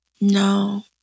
No